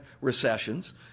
recessions